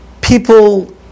people